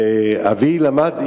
אבי למד,